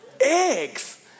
Eggs